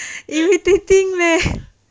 irritating leh